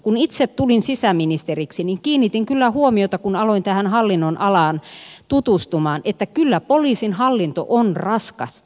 kun itse tulin sisäministeriksi niin kiinnitin kyllä siihen huomiota kun aloin tähän hallinnonalaan tutustumaan että kyllä poliisin hallinto on raskasta